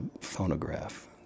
phonograph